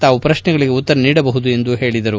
ತಾವು ಪ್ರಶ್ನೆಗಳಿಗೆ ಉತ್ತರ ನೀಡಬಹುದು ಎಂದು ಹೇಳಿದರು